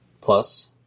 plus